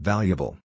Valuable